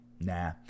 Nah